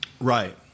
Right